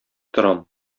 торам